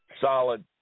solid